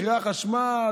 מחירי החשמל,